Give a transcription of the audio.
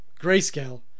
Grayscale